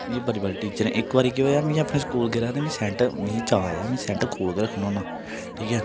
मीं बड़ी बारी टीचरें इक बारी केह होएआ में अपने स्कूल गेदा हा ते में सैंट मीं चाऽ ऐ में सैंट कोल गै रक्खना होन्ना ठीक ऐ